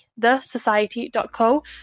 thesociety.co